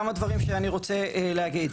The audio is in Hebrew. כמה דברים שאני רוצה להגיד.